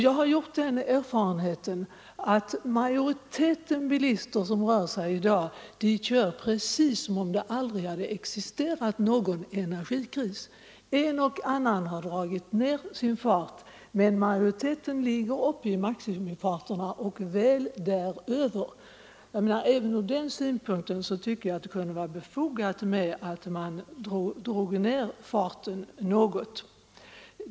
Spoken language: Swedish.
Jag har gjort den erfarenheten att majoriteten av de bilister som rör sig i trafiken i dag kör precis som om det aldrig hade existerat någon energikris. En och annan har visserligen dragit ner farten något, men majoriteten ligger uppe i maximifarter och däröver. Även av den anledningen tycker jag det kunde vara befogat att sänka hastighetsgränserna något.